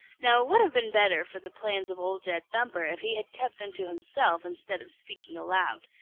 now it would have been better for the plans of old jed thumper if he had kept them to himself instead of speaking aloud.